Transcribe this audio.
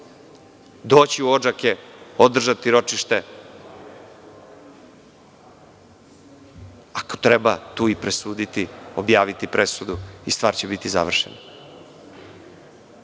Doći će u Odžake, održati ročište, ako treba tu i presuditi, objaviti presudu i stvar će biti završena. Istina